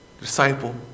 disciple